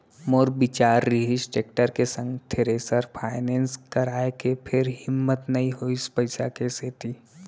मोर बिचार रिहिस टेक्टर के संग थेरेसर फायनेंस कराय के फेर हिम्मत नइ होइस पइसा के सेती